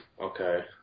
Okay